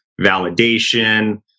validation